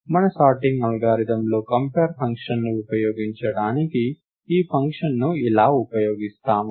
మన సార్టింగ్ అల్గారిథమ్లో కంపేర్ ఫంక్షన్ని ఉపయోగించడానికి ఈ ఫంక్షన్ ని ఇలా ఉపయోగిస్తాము